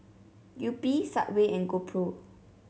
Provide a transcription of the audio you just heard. Yupi Subway and GoPro